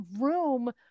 room